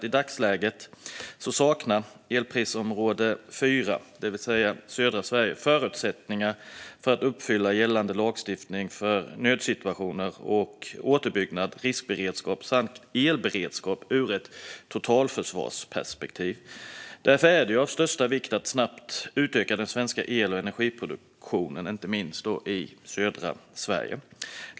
I dagsläget saknar elprisområde 4, det vill säga södra Sverige, förutsättningar för att uppfylla gällande lagstiftning för nödsituationer, återbyggnad, riskberedskap och elberedskap ur ett totalförsvarsperspektiv. Därför är det av största vikt att snabbt utöka den svenska el och energiproduktionen, inte minst i södra Sverige.